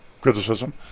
criticism